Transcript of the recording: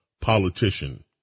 politician